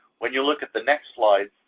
when you look at the next slide,